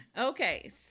Okay